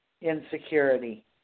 Insecurity